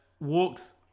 walks